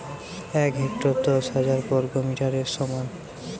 এক হেক্টর দশ হাজার বর্গমিটারের সমান